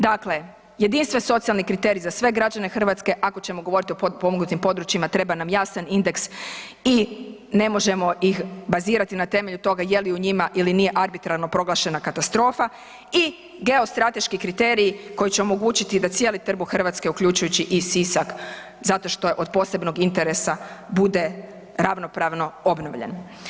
Dakle, jedinstven socijalni kriterij za sve građane Hrvatske ako ćemo govoriti o potpomognutim područjima treba nam jasan indeks i ne možemo ih bazirati na temelju toga je li u njima ili nije arbitrarno proglašena katastrofa i geostrateški kriterij koji će omogućiti da cijeli trbuh Hrvatske uključujući i Sisak zato što je od posebnog interesa bude ravnopravno obnovljen.